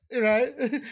Right